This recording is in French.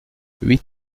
huit